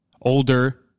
older